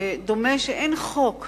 ודומה שאין חוק